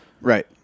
Right